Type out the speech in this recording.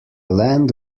land